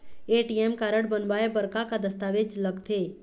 ATM card बनवाए बर का का दस्तावेज लगथे?